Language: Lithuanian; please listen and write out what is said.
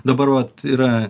dabar vat yra